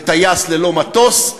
וטייס ללא מטוס,